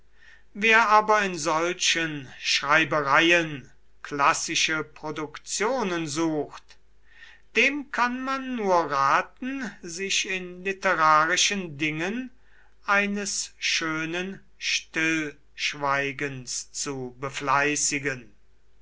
wer aber in solchen schreibereien klassische produktionen sucht dem kann man nur raten sich in literarischen dingen eines schönen stillschweigens zu befleißigen